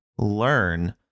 learn